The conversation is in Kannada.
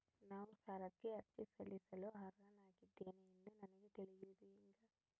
ನಾನು ಸಾಲಕ್ಕೆ ಅರ್ಜಿ ಸಲ್ಲಿಸಲು ಅರ್ಹನಾಗಿದ್ದೇನೆ ಎಂದು ನನಗ ತಿಳಿಯುವುದು ಹೆಂಗ?